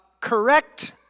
Correct